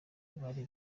abari